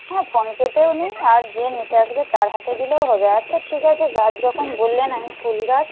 হ্যাঁ ফোনপেতেও নিই আর যে নিতে আসবে তার হাতে দিলেও হবে আচ্ছা ঠিক আছে গাছ যখন বললেন আমি ফুলগাছ